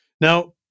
now